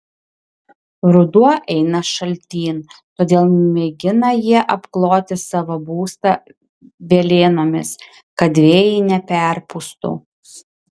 ruduo eina šaltyn todėl mėgina jie apkloti savo būstą velėnomis kad vėjai neperpūstų